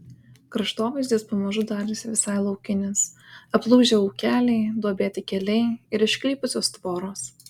kraštovaizdis pamažu darėsi visai laukinis aplūžę ūkeliai duobėti keliai ir išklypusios tvoros